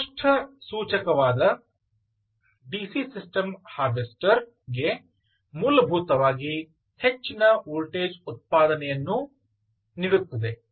ಸ್ಪಷ್ಟ ಸೂಚಕವಾದ DC system harvester ಗೆ ಮೂಲಭೂತವಾಗಿ ಹೆಚ್ಚಿನ ವೋಲ್ಟೇಜ್ ಉತ್ಪಾದನೆಯನ್ನು ನೀಡುತ್ತದೆ